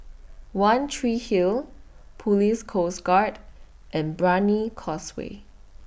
one Tree Hill Police Coast Guard and Brani Causeway